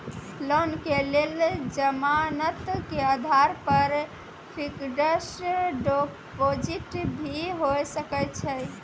Loan के लेल जमानत के आधार पर फिक्स्ड डिपोजिट भी होय सके छै?